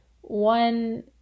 one